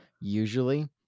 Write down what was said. usually